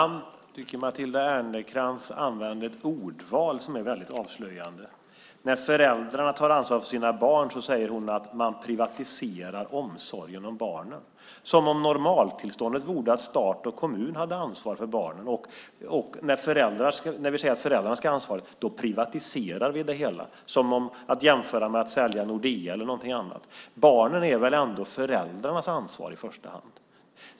Herr talman! Jag tycker att Matilda Ernkrans ordval är väldligt avslöjande. När föräldrarna tar ansvar för sina barn säger hon att man privatiserar omsorgen om barnen, som om normaltillståndet vore att stat och kommun hade ansvar för barnen. När vi säger att föräldrarna ska ha ansvaret privatiserar vi det hela, som om det är att jämföra med att sälja Nordea eller något annat. Barnen är väl ändå föräldrarnas ansvar i första hand?